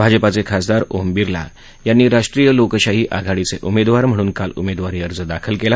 भाजपाचे खासदार ओम बिर्ला यांनी राष्ट्रीय लोकशाही आघाडीचे उमेदवार म्हणून काल उमेदवारी अर्ज दाखल केला